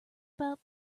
about